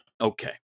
Okay